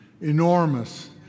Enormous